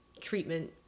treatment